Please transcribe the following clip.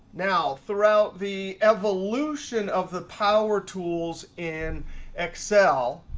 now throughout the evolution of the power tools in excel,